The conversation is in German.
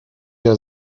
der